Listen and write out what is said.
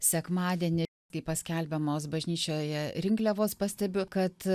sekmadienį kai paskelbiamos bažnyčioje rinkliavos pastebiu kad